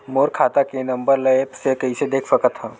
मोर खाता के नंबर ल एप्प से कइसे देख सकत हव?